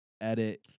edit